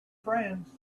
friends